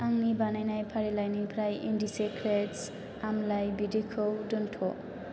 आंनि बानायनाय फारिलाइनिफ्राय इन्डिसिक्रेत्स आमलाइ बिदैखौ दोनथ'